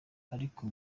ariko